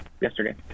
yesterday